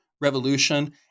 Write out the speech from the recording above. revolution